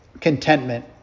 contentment